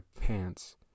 pants